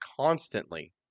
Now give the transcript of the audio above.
constantly